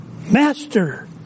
Master